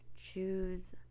choose